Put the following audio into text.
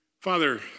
Father